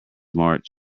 march